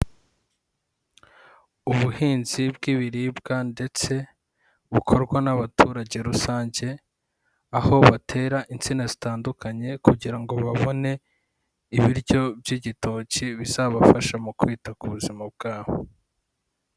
Ubuhinzi bw'ibiribwa ndetse bukorwa n'abaturage rusange aho batera insina zitandukanye kugira ngo babone ibiryo by'igitoki bizabafasha mu kwita ku buzima bwabo.